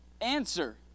Answer